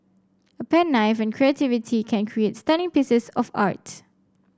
a pen knife and creativity can create stunning pieces of art